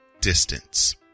distance